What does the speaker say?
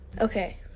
Okay